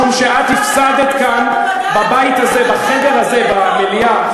משום שאת הפסדת כאן, בבית הזה, בחדר הזה, במליאה.